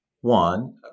One